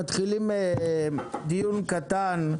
אנחנו מתחילים דיון קטן,